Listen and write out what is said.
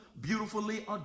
beautifully